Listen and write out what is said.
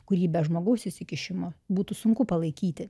kurį be žmogaus įsikišimo būtų sunku palaikyti